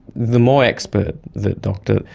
the more expert the doctor,